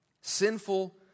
sinful